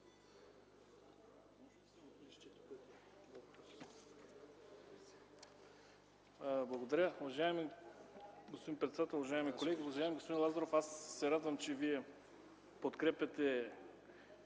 Благодаря, уважаеми господин председател. Уважаеми колеги! Уважаеми господин Лазаров, аз се радвам, че подкрепяте